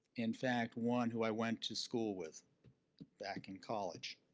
in fact, one who i went to school with back in college